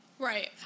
Right